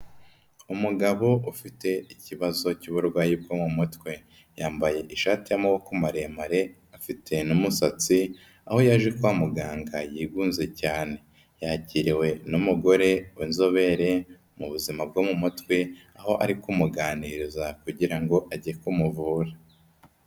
Umugabo ufite ikibazo cy'uburwayi bwo mu mutwe, yambaye ishati y'amaboko maremare, afite n'umusatsi, aho yaje kwa muganga yigunze cyane, yakiriwe n'umugore w'inzobere mu buzima bwo mu mutwe, aho ari kumuganiriza kugira ngo ajye kumuvura.